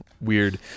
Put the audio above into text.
weird